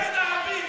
נגד ערבים.